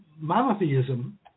monotheism